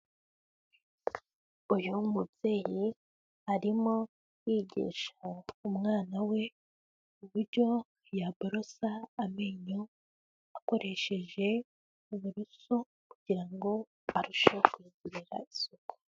Uyu mubyeyi arimo yigisha umwana we uburyo yaborosa amenyo, akoresheje uburoso kugirango arusheho kwongera isuku.